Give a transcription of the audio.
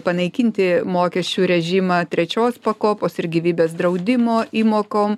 panaikinti mokesčių režimą trečios pakopos ir gyvybės draudimo įmokom